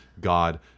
God